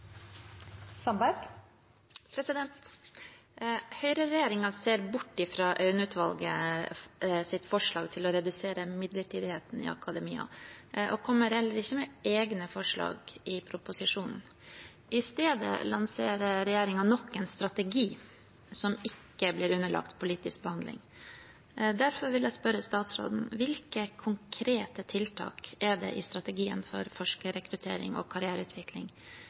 kommer heller ikke med egne forslag i proposisjonen. I stedet lanserer regjeringen nok en strategi, som ikke blir underlagt politisk behandling. Derfor vil jeg spørre statsråden: Hvilke konkrete tiltak er det i strategien for forskerrekruttering og karriereutvikling